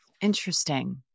Interesting